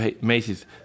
Macy's